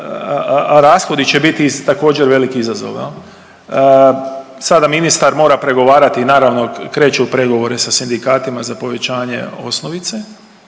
rashodi će biti također veliki izazov jel. Sada ministar mora pregovarati, naravno kreće u pregovore sa sindikatima za povećanje osnovice